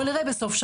ובכל זאת לא